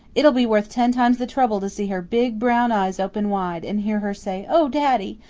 it'll be worth ten times the trouble to see her big, brown eyes open wide and hear her say, oh, daddy!